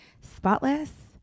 spotless